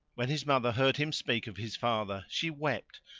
when his mother heard him speak of his father she wept,